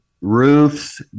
roofs